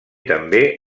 també